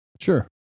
Sure